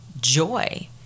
joy